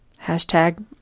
Hashtag